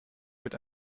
mit